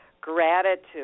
gratitude